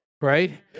right